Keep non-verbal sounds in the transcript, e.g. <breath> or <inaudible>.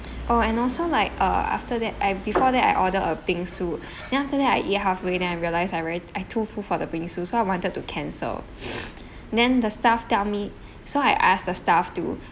oh and also like err after that I before that I ordered a bingsu then after that I eat halfway then I realised I very I too full for the bingsu so I wanted to cancel <breath> then the staff tell me so I asked the staff to